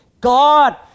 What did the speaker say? God